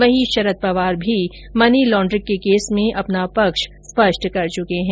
वहीं शरद पंवार भी money laundering के केस में अपना पक्ष स्पष्ट कर चुके है